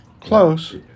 Close